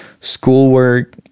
schoolwork